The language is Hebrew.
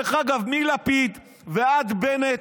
מלפיד ועד בנט,